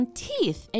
teeth